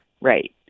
Right